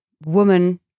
woman